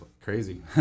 crazy